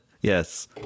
Yes